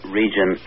region